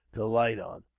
to light on.